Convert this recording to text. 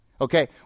Okay